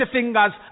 Fingers